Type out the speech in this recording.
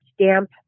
stamp